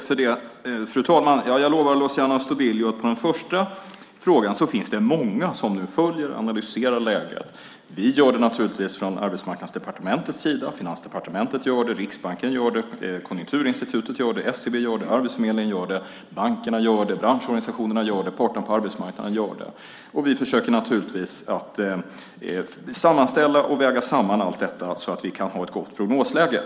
Fru talman! Jag lovar Luciano Astudillo att det beträffande den första frågan finns det många som nu följer och analyserar läget. Vi gör det naturligtvis från Arbetsmarknadsdepartementets sida liksom Finansdepartementet, Riksbanken, Konjunkturinstitutet, SCB, Arbetsförmedlingen, bankerna, branschorganisationerna och parterna på arbetsmarknaden. Vi försöker naturligtvis att sammanställa och väga samman allt detta så att vi kan ha ett gott prognosläge.